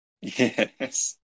Yes